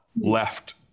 left